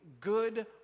good